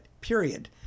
period